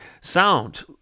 sound